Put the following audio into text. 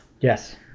Yes